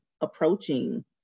approaching